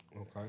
Okay